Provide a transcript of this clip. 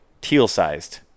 teal-sized